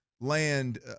land